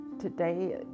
today